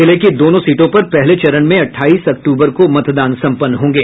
जिले की दोनों सीटों पर पहले चरण में अट्ठाईस अक्तूबर को मतदान संपन्न होंगे